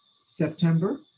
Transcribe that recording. September